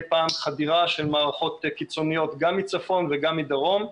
פעם חדירה של מערכות קיצוניות גם מצפון וגם מדרום,